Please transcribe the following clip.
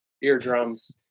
eardrums